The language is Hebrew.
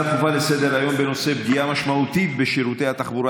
נעבור להצעות לסדר-היום בנושא: פגיעה משמעותית בשירותי התחבורה